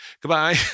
goodbye